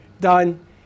Done